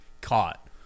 caught